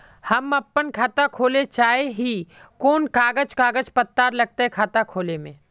हम अपन खाता खोले चाहे ही कोन कागज कागज पत्तार लगते खाता खोले में?